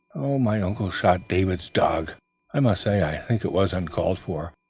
my uncle shot david's dog i must say i think it was uncalled for,